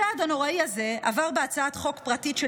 הצעד הנורא הזה עבר בהצעת חוק פרטית של